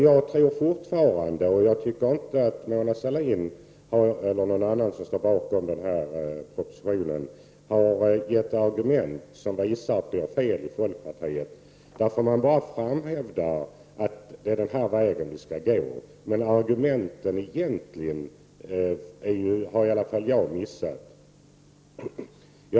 Jag tycker inte att Mona Sahlin eller någon annan som står bakom propositionen har gett argument som visar att folkpartiet har fel i den här frågan. Ni hävdar bara att det är vägen via arbetslivsfonden som vi skall gå. Argumenten för detta har i alla fall jag misslyckats med att uppfatta.